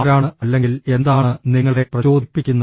ആരാണ് അല്ലെങ്കിൽ എന്താണ് നിങ്ങളെ പ്രചോദിപ്പിക്കുന്നത്